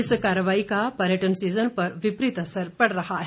इस कार्रवाई का पर्यटन सीज़न पर विपरीत असर पड़ रहा है